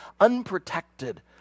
unprotected